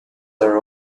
are